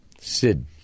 Sid